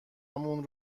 مون